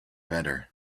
better